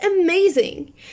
amazing